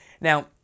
Now